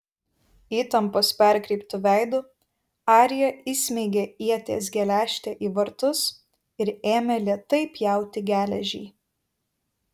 įtampos perkreiptu veidu arija įsmeigė ieties geležtę į vartus ir ėmė lėtai pjauti geležį